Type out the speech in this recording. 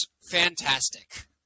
fantastic